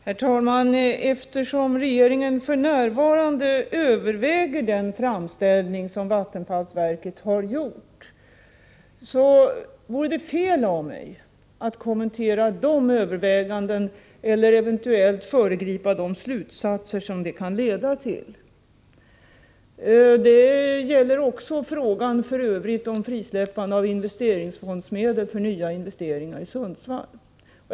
Herr talman! Eftersom regeringen f.n. överväger den framställning som — Om den planerade vattenfallsverket har gjort, vore det fel av mig att kommentera de övervägan = aluminium produk den eller eventuellt föregripa de slutsatser som detta kan leda till. Det gäller f.ö. också frågan om frisläppande av investeringsfondsmedel för nya investeringar i Sundsvall.